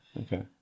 okay